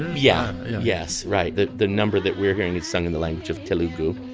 yeah yes. right. the the number that we're hearing is sung in the language of telugu.